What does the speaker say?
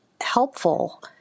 helpful